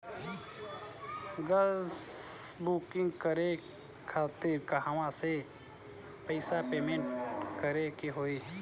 Gas booking करे के खातिर कहवा से पैसा पेमेंट करे के होई?